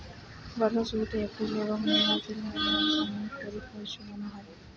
বর্ষার শুরুতে এপ্রিল এবং মে মাসের মাঝামাঝি সময়ে খরিপ শস্য বোনা হয়